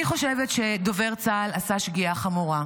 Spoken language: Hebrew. אני חושבת שדובר צה"ל עשה שגיאה חמורה,